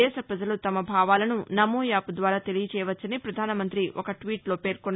దేశ ప్రజలు తమ భావాలను నమో యాప్ ద్వారా తెలియచేయవచ్చని ప్రధాన మంత్రి ఒక ట్వీట్లో పేర్కొన్నారు